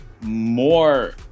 more